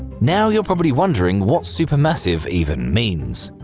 now, you're probably wondering what supermassive even means.